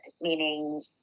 meaning